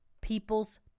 people's